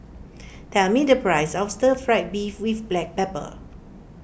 tell me the price of Stir Fried Beef with Black Pepper